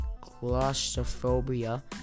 claustrophobia